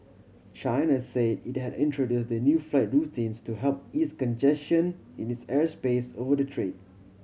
China say it had introduced the new flight routes to help ease congestion in its airspace over the strait